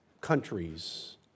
countries